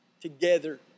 together